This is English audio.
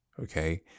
Okay